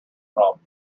problems